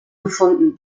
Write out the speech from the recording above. gefunden